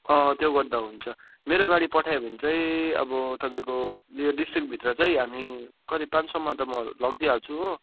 अँ त्यो गर्दा हुन्छ मेरो गाडी पठायो भने चाहिँ अब तपाईँको यो डिस्ट्रिक्टभित्र चाहिँ हामी कति पाँच सौमा त म लगिदिई हाल्छु हो